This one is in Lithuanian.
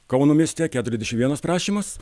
kauno mieste keturiasdešim vienas prašymas